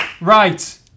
Right